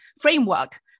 framework